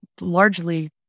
largely